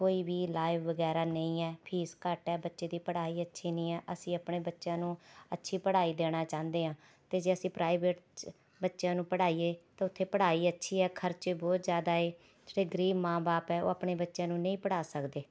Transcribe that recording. ਕੋਈ ਵੀ ਰਿਲਾਏ ਵਗੈਰਾ ਨਹੀਂ ਹੈ ਫੀਸ ਘੱਟ ਹੈ ਬੱਚੇ ਦੀ ਪੜ੍ਹਾਈ ਅੱਛੀ ਨਹੀਂ ਹੈ ਅਸੀਂ ਆਪਣੇ ਬੱਚਿਆਂ ਨੂੰ ਅੱਛੀ ਪੜ੍ਹਾਈ ਦੇਣਾ ਚਾਹੰਦੇ ਹਾਂ ਅਤੇ ਜੇ ਅਸੀਂ ਪ੍ਰਾਈਵੇਟ 'ਚ ਬੱਚਿਆਂ ਨੂੰ ਪੜ੍ਹਾਈਏ ਤਾਂ ਉੱਥੇ ਪੜ੍ਹਾਈ ਅੱਛੀ ਹੈ ਖਰਚੇ ਬਹੁਤ ਜ਼ਿਆਦਾ ਹੈ ਜਿਹੜੇ ਗਰੀਬ ਮਾਂ ਬਾਪ ਹੈ ਉਹ ਆਪਣੇ ਬੱਚਿਆਂ ਨੂੰ ਨਹੀਂ ਪੜ੍ਹਾ ਸਕਦੇ